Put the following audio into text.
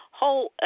whole